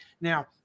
Now